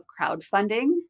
crowdfunding